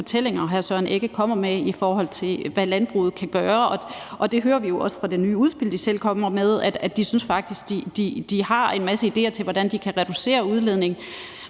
fortællinger, hr. Søren Egge Rasmussen kommer med, i forhold til hvad landbruget kan gøre. Vi hører jo også i det nye udspil, de selv kommer med, at de faktisk synes, at de har en masse idéer til, hvordan de kan reducere udledningen.